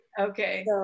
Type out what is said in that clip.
Okay